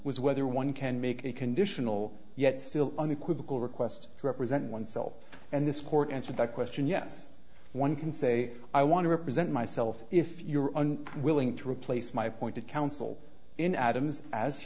was whether one can make a conditional yet still unequivocal request to represent oneself and this court answered that question yes one can say i want to represent myself if your own willing to replace my appointed counsel in adams as